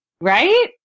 right